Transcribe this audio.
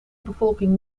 bevolking